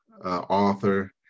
Author